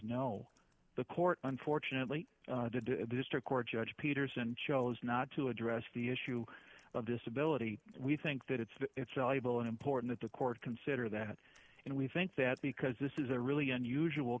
no the court unfortunately did the district court judge peterson chose not to address the issue of disability we think that it's valuable and important that the court consider that and we think that because this is a really unusual